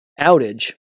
outage